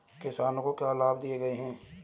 किसानों को क्या लाभ दिए गए हैं?